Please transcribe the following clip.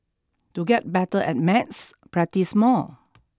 to get better at maths practise more